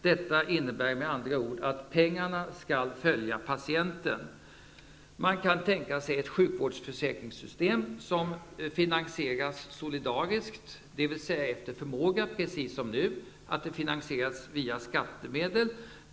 Detta innebär med andra ord att pengarna skall följa patienten. Man kan tänka sig ett sjukvårdsförsäkringssystem som finansieras solidariskt, dvs. efter förmåga precis som nu. Det finansieras med skattemedel.